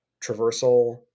traversal